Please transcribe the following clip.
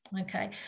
Okay